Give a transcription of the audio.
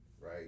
right